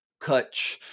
Kutch